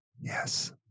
Yes